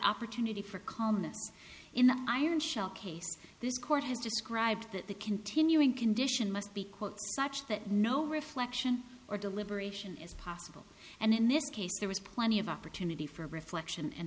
opportunity for calmness in the iron shell case this court has described that the continuing condition must be quote such that no reflection or deliberation is possible and in this case there was plenty of opportunity for reflection and